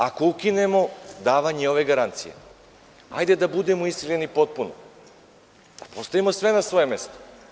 Ako ukinemo davanje ove garancije, hajde da budemo iskreni potpuno, da postavimo sve na svoje mesto.